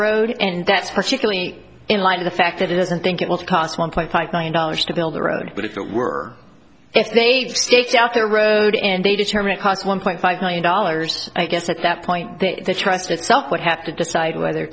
road and that's particularly in light of the fact that it doesn't think it will cost one point five million dollars to build the road but if it were if they've staked out their road and they determine it cost one point five million dollars i guess at that point the trust itself would have to decide whether